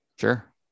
Sure